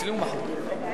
קבוצת